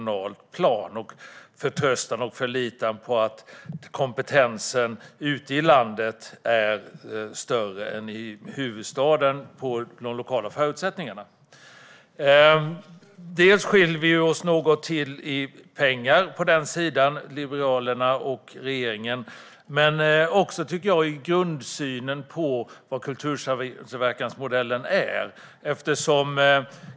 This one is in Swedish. Jag har en förtröstan och förlitan på att kompetensen för de lokala förutsättningarna är större ute i landet än i huvudstaden. Liberalerna och regeringen skiljer sig åt när det gäller pengar för detta men även i grundsynen på vad kultursamverkansmodellen innebär.